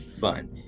fun